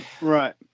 right